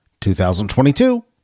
2022